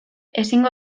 ezingo